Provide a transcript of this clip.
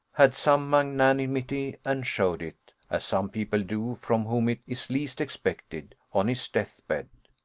had some magnanimity, and showed it as some people do from whom it is least expected on his death-bed.